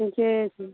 ठीके छै